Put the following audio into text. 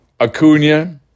Acuna